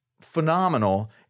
phenomenal